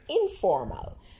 informal